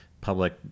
public